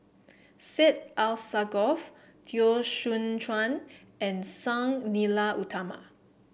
Syed Alsagoff Teo Soon Chuan and Sang Nila Utama